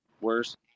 worse